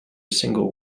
single